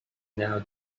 now